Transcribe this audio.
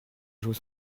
jouets